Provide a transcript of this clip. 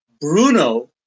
Bruno